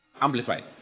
Amplified